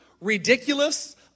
ridiculous